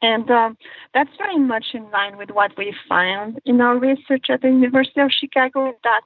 and that's very much in line with what we find in our research at the university of chicago, and that